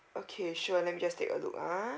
okay sure let me just take a look ah